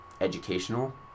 educational